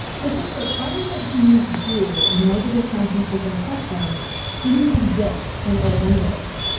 but this requirement to use do in negative sentences and questions didn't exist in old english.